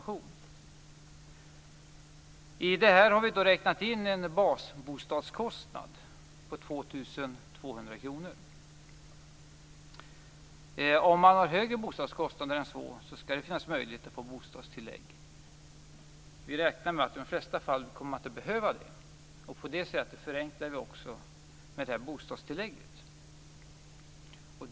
I det här har vi räknat in en basbostadskostnad på 2 200 kr. Om man har högre bostadskostnader än så skall det finnas möjligheter att få bostadstillägg. Vi räknar med att i de flesta fall kommer det inte att behövas. På det sättet förenklar vi frågan om bostadstillägget.